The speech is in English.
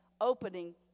opening